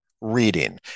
reading